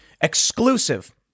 Exclusive